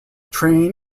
train